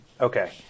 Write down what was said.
okay